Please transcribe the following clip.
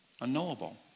Unknowable